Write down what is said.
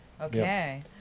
Okay